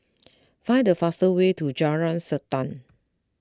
find the fastest way to Jalan Srantan